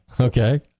Okay